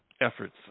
efforts